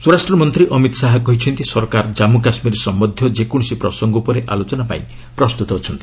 ସ୍ୱରାଷ୍ଟ୍ରମନ୍ତ୍ରୀ ଅମିତ ଶାହା କହିଛନ୍ତି ସରକାର ଜାନ୍ମୁ କାଶ୍ମୀର ସମ୍ପନ୍ଧୀୟ ଯେକୌଣସି ପ୍ରସଙ୍ଗ ଉପରେ ଆଲୋଚନା ପାଇଁ ପ୍ରସ୍ତୁତ ଅଛନ୍ତି